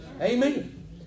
Amen